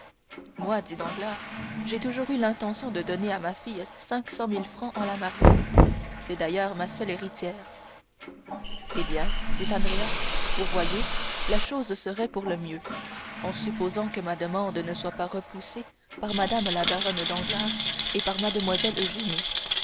moi dit danglars j'ai toujours eu l'intention de donner à ma fille cinq cent mille francs en la mariant c'est d'ailleurs ma seule héritière eh bien dit andrea vous voyez la chose serait pour le mieux en supposant que ma demande ne soit pas repoussée par mme la baronne danglars et par mlle